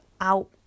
out